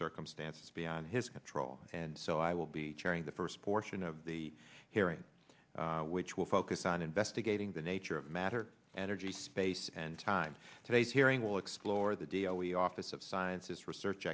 circumstances beyond his control and so i will be chairing the first portion of the hearing which will focus on investigating the nature of matter energy space and time today's hearing will explore the deal we office of science research